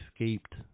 escaped